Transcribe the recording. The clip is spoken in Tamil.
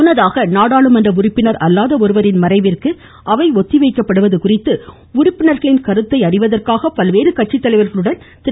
முன்னதாக நாடாளுமன்ற உறுப்பினர் அல்லாத ஒருவரின் மறைவிற்கு அவை ஒத்திவைக்கப்படுவது குறித்து உறுப்பினர்களின் கருத்தை அறிவதற்காக பல்வேறு கட்சி தலைவர்களுடன் திரு